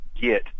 get